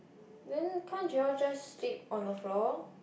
then can't you all just sleep on the floor